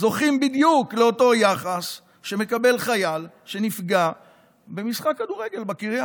זוכים בדיוק לאותו יחס שמקבל חייל שנפגע במשחק כדורגל בקריה.